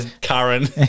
Karen